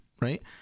right